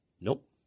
Nope